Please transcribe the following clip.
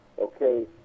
Okay